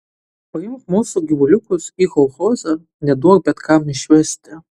paimk mūsų gyvuliukus į kolchozą neduok bet kam išvesti